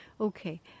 Okay